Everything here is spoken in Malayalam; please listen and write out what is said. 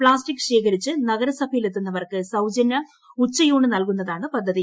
പ്ലാസ്റ്റിക് ശേഖരിച്ച് നഗരസഭയിലെത്തിക്കുന്നവർക്ക് സൌജന്യ ഉച്ചയൂണ് നൽകുന്നതാണ് പ ദ്ധതി